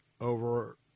over